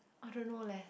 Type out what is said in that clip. I don't know leh